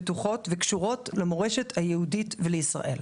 בטוחות וקשורות למורשת היהודית ולישראל.